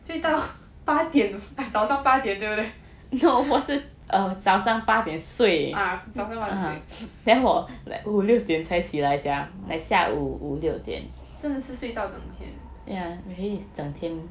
睡到八点半早上八点对不对 ah 早上八点睡真的是睡到整天